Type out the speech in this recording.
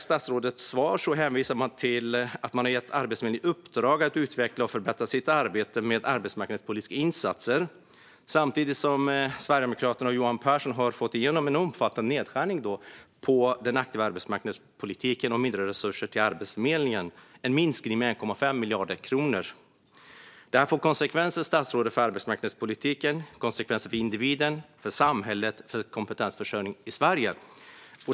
Statsrådet hänvisar i sitt svar till att man gett Arbetsförmedlingen i uppdrag att utveckla och förbättra arbetet med arbetsmarknadspolitiska insatser. Samtidigt har Sverigedemokraterna och Johan Pehrson fått igenom omfattande nedskärningar inom den aktiva arbetsmarknadspolitiken och mindre resurser till Arbetsförmedlingen. Minskningen är 1,5 miljarder kronor. Nedskärningarna får konsekvenser för arbetsmarknadspolitiken, individen, samhället och kompetensförsörjningen i Sverige.